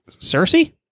Cersei